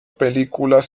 películas